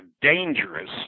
dangerous